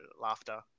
laughter